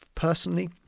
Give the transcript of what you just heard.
Personally